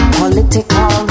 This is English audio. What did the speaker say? political